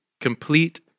Complete